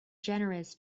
generous